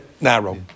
narrow